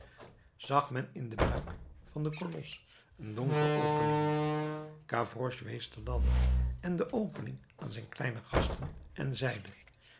zag men in den buik van den kolos een donkere opening gavroche wees de ladder en de opening aan zijne kleine gasten en zeide